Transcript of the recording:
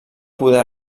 poder